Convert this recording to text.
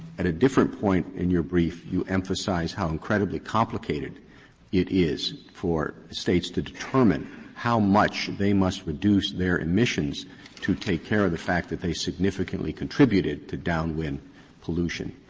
at a different point in your brief you emphasize how incredibly complicated it is for states to determine how much they must reduce their emissions to take care of the fact that they significantly contributed to downwind pollution.